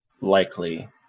likely